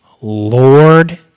Lord